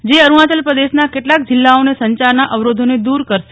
જે અરૂણાચલ પ્રદેશના કેટલાક જીલ્લાઓને સંચારના અવરોધોને દૂર કરશે